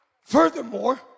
furthermore